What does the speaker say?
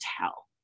tell